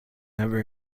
never